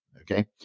okay